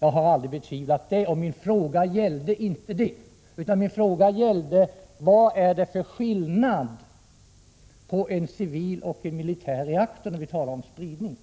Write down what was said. Jag har aldrig hyst några tvivel i det sammanhanget. Min fråga gällde i stället vad det är för skillnad mellan en civil och en militär reaktor i fråga om spridningen.